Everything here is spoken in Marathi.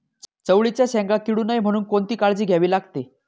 चवळीच्या शेंगा किडू नये म्हणून कोणती काळजी घ्यावी लागते?